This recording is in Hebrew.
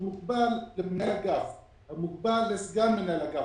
הוא מוקבל למנהל אגף או מוקבל לסגן מנהל אגף.